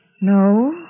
No